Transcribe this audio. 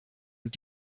und